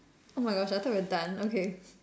oh my gosh I thought we're done okay